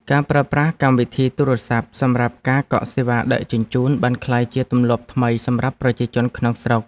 ការប្រើប្រាស់កម្មវិធីទូរស័ព្ទសម្រាប់ការកក់សេវាដឹកជញ្ជូនបានក្លាយជាទម្លាប់ថ្មីសម្រាប់ប្រជាជនក្នុងស្រុក។